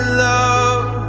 love